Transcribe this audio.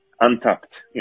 untapped